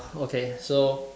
okay so